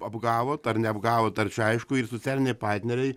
apgavot ar neapgavot ar čia aišku ir socialiniai partneriai